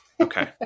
okay